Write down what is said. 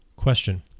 Question